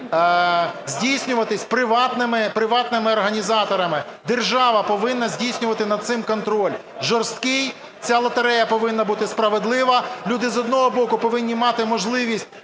здійснюватися приватними організаторами, держава повинна здійснювати над цим контроль, жорсткий. Ця лотерея повинна бути справедлива. Люди, з одного боку, повинні мати можливість,